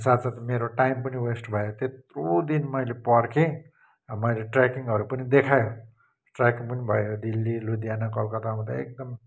अनि साथ साथमा मेरो टाइम पनि वेस्ट भयो त्यत्रो दिन मैले पर्खेँ मैले ट्र्याकिङहरू पनि देखायो ट्र्याकिङ पनि भयो दिल्ली लुधियाना कलकत्ता आउँदा एकदम